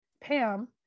Pam